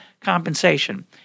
compensation